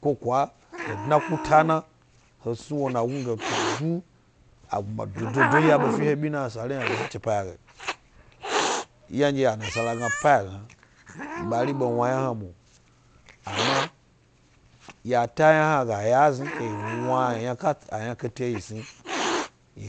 Ko kwa he dna kuta na he sni wo nagnu ge, to du agnuma dodo aɓe fi he bina sari hna yna eɗye ha chepaya ge. ynanɗye anasala gna pall yna, gbari ɓe wna yna hna mo ama ya ta yna hna ga ya ezni ke yi wna ayna kasa, ayna kate yi snu yi